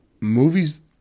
movies